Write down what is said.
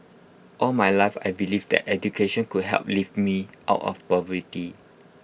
all my life I believed that education could help lift me out of poverty